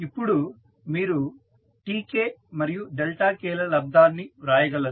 ఇప్పుడు మీరు Tk మరియు Δk ల లబ్దాన్ని వ్రాయగలరు